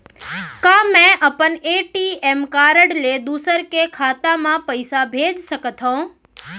का मैं अपन ए.टी.एम कारड ले दूसर के खाता म पइसा भेज सकथव?